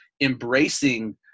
embracing